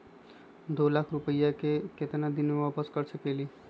दो लाख रुपया के केतना दिन में वापस कर सकेली?